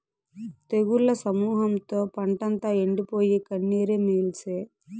తెగుళ్ల సమూహంతో పంటంతా ఎండిపోయి, కన్నీరే మిగిల్సే